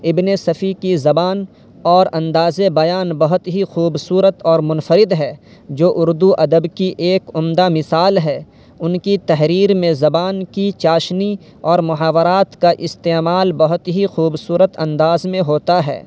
ابنِ صفی کی زبان اور اندازِ بیان بہت ہی خوبصورت اور منفرد ہے جو اردو ادب کی ایک عمدہ مثال ہے ان کی تحریر میں زبان کی چاشنی اور محاورات کا استعمال بہت ہی خوبصورت انداز میں ہوتا ہے